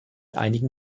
einigen